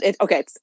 Okay